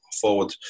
forward